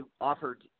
offered